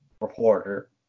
reporter